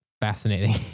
fascinating